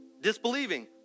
Disbelieving